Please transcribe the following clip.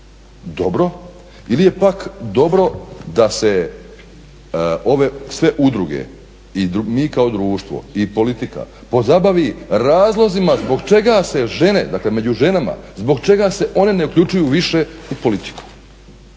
dobro ili je pak dobro da se ove sve udruge i mi kao društvo i politika pozabavi razlozima zbog čega se žene, dakle među ženama, zbog čega se one ne uključuju više u politiku.